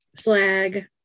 flag